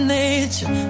nature